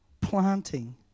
planting